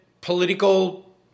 political